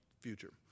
future